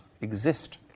exist